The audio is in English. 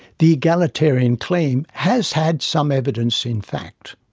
the egalitarian claim has had some evidence in fact.